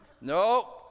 No